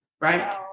right